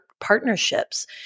partnerships